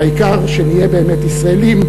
והעיקר שנהיה בעיקר ישראלים,